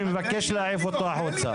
אני מבקש להעיף אותו החוצה.